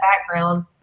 background